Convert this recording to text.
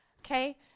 okay